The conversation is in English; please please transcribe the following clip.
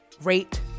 Rate